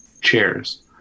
chairs